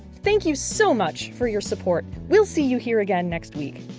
thank you so much for your support! we'll see you here again next week.